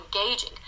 engaging